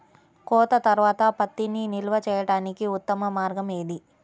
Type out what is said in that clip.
కోత తర్వాత పత్తిని నిల్వ చేయడానికి ఉత్తమ మార్గం ఏది?